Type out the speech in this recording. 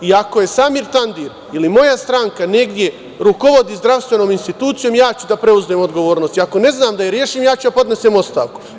I ako je Samir Tandir ili moja stranka negde rukovodi zdravstvenom institucijom, ja ću da preuzmem odgovornost i ako ne znam da je rešim ja ću da podnesem ostavku.